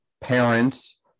parents